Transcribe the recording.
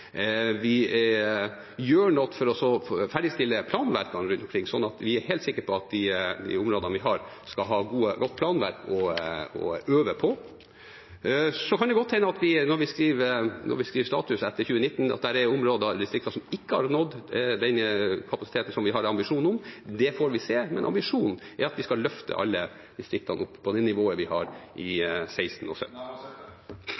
Vi gjør noe for å ferdigstille planverkene rundt omkring, slik at vi er helt sikre på at de områdene vi har, skal ha et godt planverk å øve på. Så kan det godt hende når vi skriver status etter 2019, at det er områder og distrikter som ikke har nådd den kapasiteten som vi har ambisjon om. Det får vi se, men ambisjonen er at vi skal løfte alle distriktene opp på det nivået vi har i